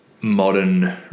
modern